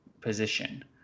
position